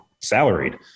salaried